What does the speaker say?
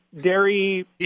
dairy